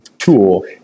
Tool